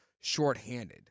shorthanded